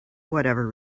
whatever